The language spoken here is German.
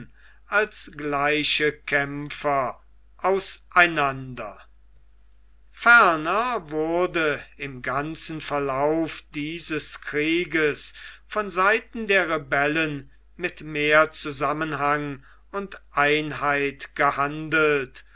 als gleiche kämpfer aufeinander ferner wurde im ganzen verlaufe dieses krieges von seiten der rebellen mit mehr zusammenhang und einheit gehandelt